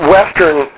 Western